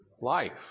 life